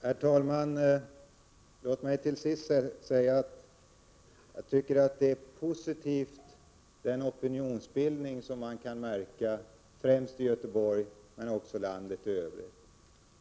Herr talman! Låt mig till sist säga att jag tycker att det är positivt med den opinionsbildning som man kan märka främst i Göteborg men också i landet i övrigt.